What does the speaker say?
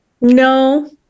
no